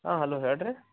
ಹಾಂ ಹಲೋ ಹೇಳಿ ರೀ